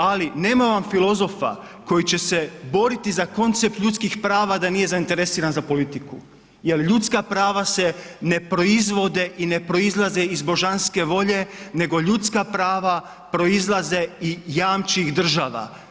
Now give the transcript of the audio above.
Ali nema vam filozofa koji će se boriti za koncept ljudskih prava da nije zainteresiran za politiku jer ljudska prava se ne proizvode i ne proizlaze iz božanske volje nego ljudska prava proizlaze i jamči ih država.